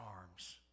arms